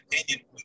opinion